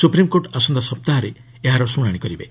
supreme court ଆସନ୍ତା ସପ୍ତାହରେ ଏହାର ଶୁଣାଣି କରିବେ